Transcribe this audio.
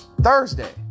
Thursday